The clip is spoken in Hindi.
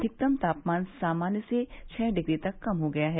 अधिकतम तापमान सामान्य से छ डिग्री तक कम हो गया है